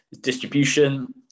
distribution